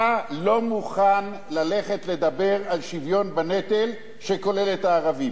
אתה לא מוכן ללכת לדבר על שוויון בנטל שכולל את הערבים.